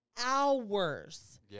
hours